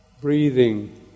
breathing